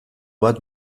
bat